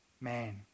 man